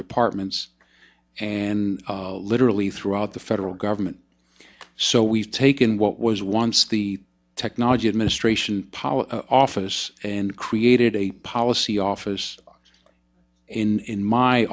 departments and literally throughout the federal government so we've taken what was once the technology administration policy office and created a policy office in